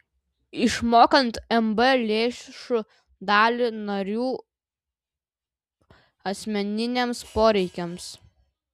išmokant mb lėšų dalį narių asmeniniams poreikiams